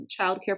childcare